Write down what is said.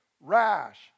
rash